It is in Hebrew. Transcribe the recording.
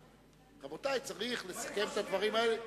רבותי, צריך לסכם את הדברים האלה.